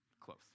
close